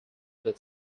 but